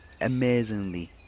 amazingly